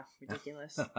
ridiculous